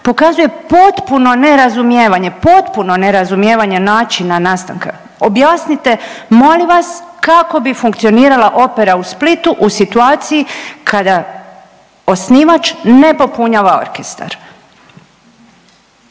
pokazuje potpuno nerazumijevanje, potpuno nerazumijevanje načina nastanka. Objasnite molim vas kako bi funkcionirala opera u Splitu u situaciji kada osnivač ne popunjava orkestar?